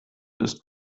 ist